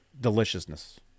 deliciousness